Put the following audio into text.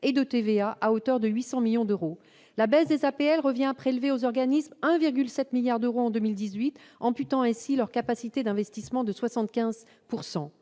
et de TVA à hauteur de 800 millions d'euros ? La baisse des APL revient à prélever sur les organismes HLM 1,7 milliard d'euros en 2018, amputant ainsi leur capacité d'investissement de 75 %.